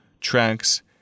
Tracks